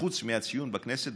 חוץ מהציון בכנסת,